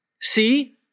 See